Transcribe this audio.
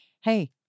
hey